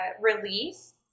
release